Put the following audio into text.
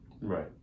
Right